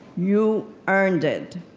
you earned it.